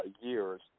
years